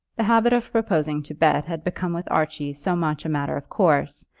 the habit of proposing to bet had become with archie so much a matter of course,